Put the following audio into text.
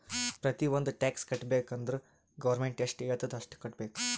ಪ್ರತಿ ಒಂದ್ ಟ್ಯಾಕ್ಸ್ ಕಟ್ಟಬೇಕ್ ಅಂದುರ್ ಗೌರ್ಮೆಂಟ್ ಎಷ್ಟ ಹೆಳ್ತುದ್ ಅಷ್ಟು ಕಟ್ಟಬೇಕ್